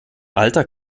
alter